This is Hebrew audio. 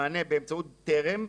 במענה באמצעות טר"ם,